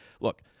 look